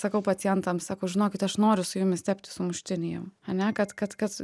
sakau pacientam sankau žinokit aš noriu su jumis tepti sumuštinį jum ane kad kad kad